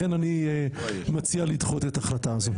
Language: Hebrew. לכן אני מציע לדחות את ההחלטה הזו.